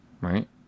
right